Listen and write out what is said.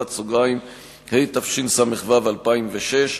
התשס"ו 2006,